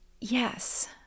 yes